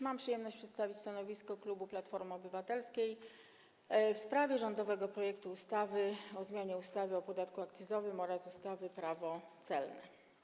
Mam przyjemność przedstawić stanowisko klubu Platforma Obywatelska w sprawie rządowego projektu ustawy o zmianie ustawy o podatku akcyzowym oraz ustawy Prawo celne.